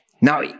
Now